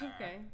Okay